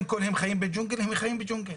זה שאתם שולחים לנו ביום חמישי נוסח,